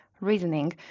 reasoning